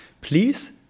please